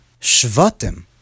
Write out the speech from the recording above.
Shvatim